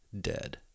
dead